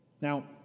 Now